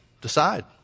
decide